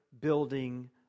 building